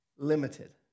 limited